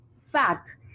fact